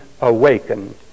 awakened